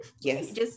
Yes